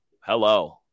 Hello